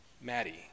Maddie